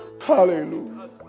Hallelujah